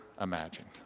imagined